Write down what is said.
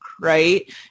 right